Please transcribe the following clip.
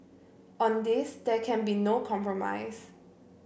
on this there can be no compromise